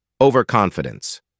Overconfidence